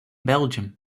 belgium